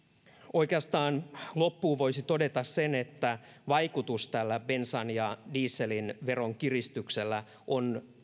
oikeastaan loppuun voisi todeta sen että vaikutus tällä bensan ja dieselin veronkiristyksellä on